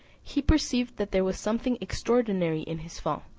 he perceived that there was something extraordinary in his fall,